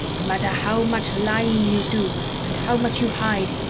no matter how much lying you do and how much you hide,